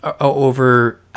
over